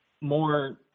more